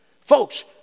Folks